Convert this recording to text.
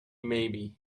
maybe